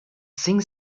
sing